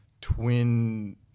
twin